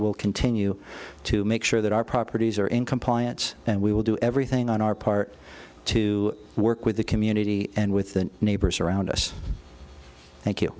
will continue to make sure that our properties are in compliance and we will do everything on our part to work with the community and with the neighbors around us thank